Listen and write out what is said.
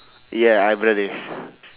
ya I have brothers